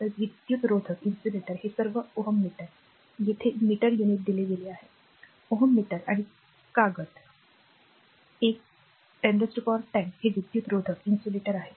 तर विद्युतरोधक हे सर्व Ω मीटर येथे मीटर युनिट दिले गेले आहे Ω मीटर आणि कागद एक 1010 हे विद्युतरोधक आहे